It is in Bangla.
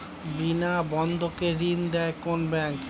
বিনা বন্ধকে ঋণ দেয় কোন ব্যাংক?